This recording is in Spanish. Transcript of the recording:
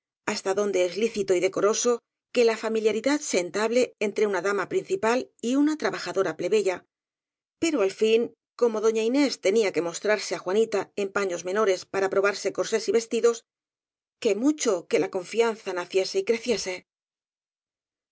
hasta donde es lícito y decoroso que la fami liaridad se entable entre una dama principal y una trabajadora plebeya pero al fin como doña inés tenía que mostrarse á juanita en paños menores para probarse corsés y vestidos qué mucho que la confianza naciese y